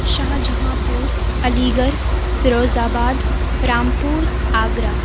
شاہجہاں پور Aligarh Firozabad Rampur Agra